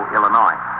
Illinois